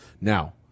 Now